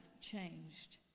changed